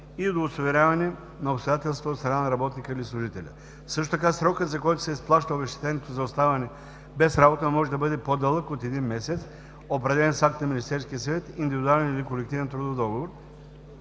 и удостоверяване на обстоятелствата от страна на работника или служителя. Също така срокът, за който се изплаща обезщетението за оставане без работа, може да бъде по-дълъг от един месец – определен с акт на Министерския съвет, индивидуален или колективен трудов договор,